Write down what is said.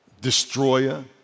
Destroyer